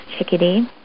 Chickadee